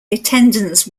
attendance